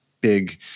big